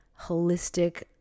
holistic